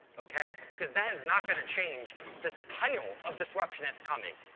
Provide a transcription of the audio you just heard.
okay? because that is not going to change the tidal of disruption that's coming.